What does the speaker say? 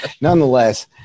Nonetheless